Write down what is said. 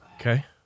Okay